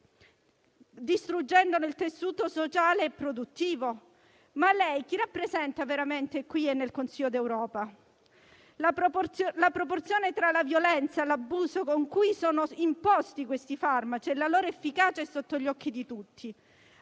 distruggendone il tessuto sociale e produttivo? Ma lei chi rappresenta veramente qui e nel Consiglio europeo? La proporzione tra la violenza e l'abuso con cui sono imposti questi farmaci e la loro efficacia è sotto gli occhi di tutti,